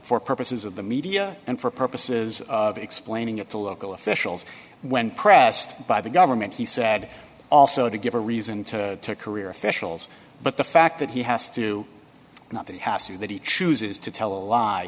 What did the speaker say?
for purposes of the media and for purposes of explaining it to local officials when pressed by the government he said also to give a reason to career officials but the fact that he has to not be asked you that he chooses to tell a lie